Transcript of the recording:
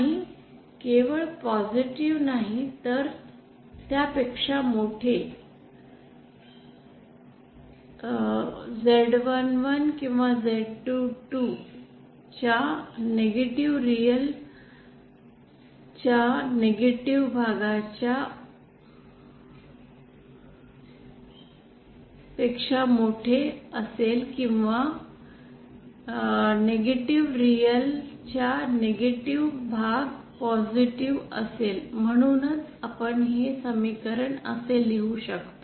आणि केवळ पॉसिटीव्ह नाही तर त्यापेक्षा मोठे पेक्षा Z11 किंवा Z22 च्या नेगेटिव्ह रिअल च्या नेगेटिव्ह भागाच्या असेल म्हणूनच नेगेटिव्ह रिअल च्या नेगेटिव्ह भाग पॉसिटीव्ह असेल म्हणूनच आपण हे समीकरण असे लिहू शकतो